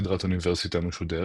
סדרת אוניברסיטה משודרת,